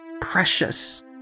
precious